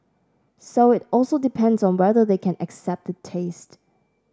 so it also depends on whether they can accept the taste